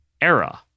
era